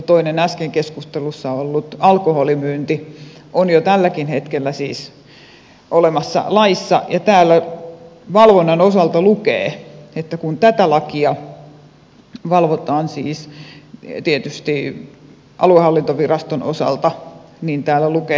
toinen äsken keskustelussa ollut alkoholimyynti on jo tälläkin hetkellä siis olemassa laissa ja valvonnan osalta kun tätä lakia valvotaan siis tietysti aluehallintoviraston osalta täällä lukee